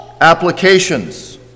applications